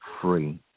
free